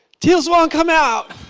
teal swan come out!